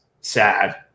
sad